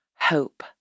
hope